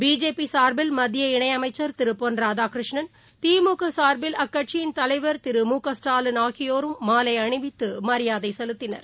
பிஜேபிசார்பில் மத்திய இணையமைச்சர் திருபொள் ராதாகிருஷ்ணன் திமுகசார்பில் அக்கட்சியின் தலைவர் திரு மு க ஸ்டாலின் ஆகியோரும் மாலைஅணிவித்துமரியாதைசெலுத்தினர்